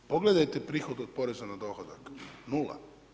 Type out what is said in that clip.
Pogledajte prihod od poreza na dohodak, nula.